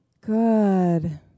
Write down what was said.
Good